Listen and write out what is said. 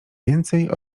więcej